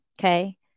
Okay